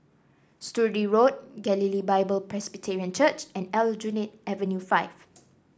Sturdee Road Galilee Bible Presbyterian Church and Aljunied Avenue Five